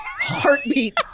heartbeat